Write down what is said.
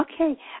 Okay